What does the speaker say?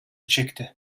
çekti